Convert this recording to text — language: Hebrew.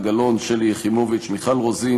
בגלל שאתם ממשלה רעה,